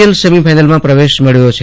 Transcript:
L સેમિ ફાઈનલમાં પ્રવેશ મેળવ્યો હતો